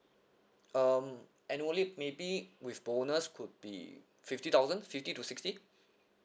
um annually maybe with bonus could be fifty thousand fifty to sixty